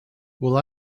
will